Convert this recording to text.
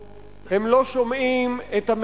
הם לא שומעים את הקולות ברחוב,